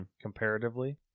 Comparatively